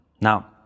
Now